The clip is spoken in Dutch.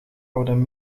worden